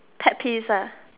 pet peeves ah